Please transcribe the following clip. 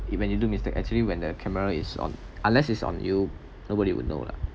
even when you do mistake actually when the camera is on unless it's on you nobody would know lah